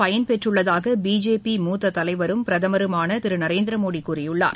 பயன்பெற்றுள்ளதாகபிஜேபி மூத்ததலைவரும் பிரதமருமானதிருநரேந்திரமோடிகூறியுள்ளார்